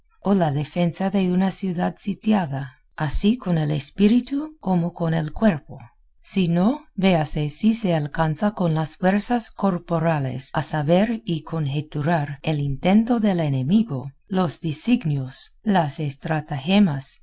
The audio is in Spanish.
o la defensa de una ciudad sitiada así con el espíritu como con el cuerpo si no véase si se alcanza con las fuerzas corporales a saber y conjeturar el intento del enemigo los disignios las estratagemas